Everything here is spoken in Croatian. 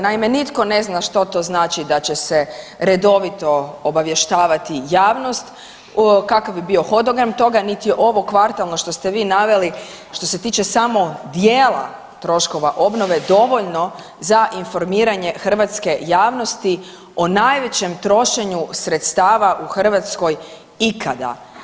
Naime, nitko ne zna što to znači da će se redovito obavještavati javnost, hodogram toga, niti ovo kvartalno što ste vi naveli što se tiče samo dijela troškova obnove dovoljno za informiranje hrvatske javnosti o najvećem trošenju sredstava u Hrvatskoj ikada.